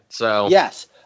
Yes